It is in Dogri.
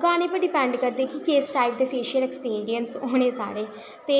क्हानी पर डिपेंड करदे की किस टाइप दे फेशियल एपेरिंयस होने साढ़े ते